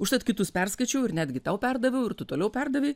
užtat kitus perskaičiau ir netgi tau perdaviau ir tu toliau perdavei